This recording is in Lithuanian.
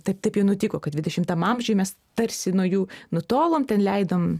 taip taip jau nutiko kad dvidešimtam amžiuj mes tarsi nuo jų nutolom ten leidom